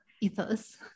ethos